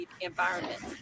environment